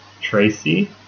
Tracy